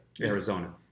Arizona